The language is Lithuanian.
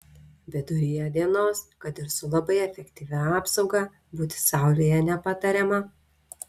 viduryje dienos kad ir su labai efektyvia apsauga būti saulėje nepatariama